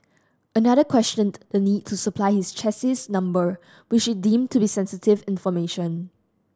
another questioned the need to supply his chassis number which he deemed to be sensitive information